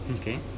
Okay